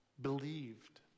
believed